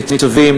ניצבים,